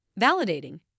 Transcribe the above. Validating